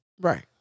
Right